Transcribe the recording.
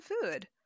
food